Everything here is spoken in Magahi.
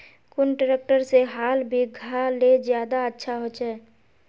कुन ट्रैक्टर से हाल बिगहा ले ज्यादा अच्छा होचए?